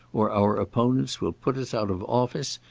or our opponents will put us out of office,